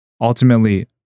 ultimately